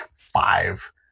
five